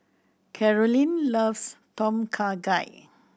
Carolyn loves Tom Kha Gai